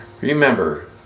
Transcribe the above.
remember